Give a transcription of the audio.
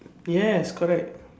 yes correct